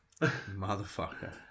Motherfucker